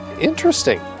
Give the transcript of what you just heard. interesting